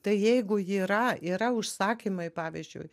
tai jeigu ji yra yra užsakymai pavyzdžiui